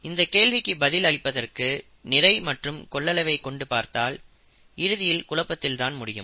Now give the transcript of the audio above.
இந்த கேள்விக்கு பதில் அளிப்பதற்கு நிறை மற்றும் கொள்ளளவை கொண்டு பார்த்தால் இறுதியில் குழப்பத்தில் தான் முடியும்